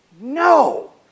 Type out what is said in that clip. No